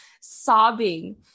sobbing